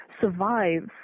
survives